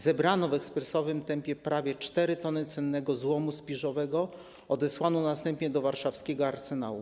Zebrano w ekspresowym tempie prawie 4 t cennego złomu spiżowego, odesłanego następnie do warszawskiego Arsenału.